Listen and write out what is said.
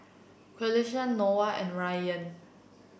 Qalisha Noah and Ryan